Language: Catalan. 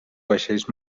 vaixells